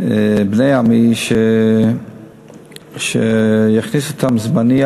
"בני עמי" שיכניסו אותם זמנית,